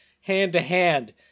hand-to-hand